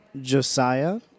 josiah